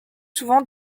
souvent